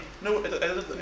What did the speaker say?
no